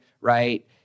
right